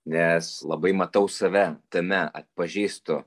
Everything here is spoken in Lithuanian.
nes labai matau save tame atpažįstu